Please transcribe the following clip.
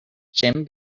jim